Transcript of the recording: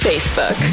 Facebook